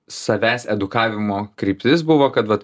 savęs edukavimo kryptis buvo kad vat